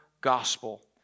gospel